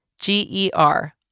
G-E-R